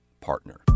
Partner